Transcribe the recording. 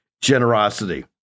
generosity